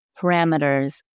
parameters